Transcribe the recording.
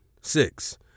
six